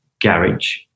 garage